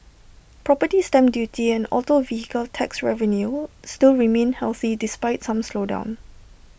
property stamp duty and auto vehicle tax revenue still remain healthy despite some slowdown